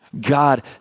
God